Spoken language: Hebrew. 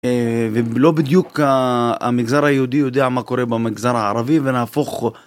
ולא בדיוק המגזר היהודי יודע מה קורה במגזר הערבי ונהפוך.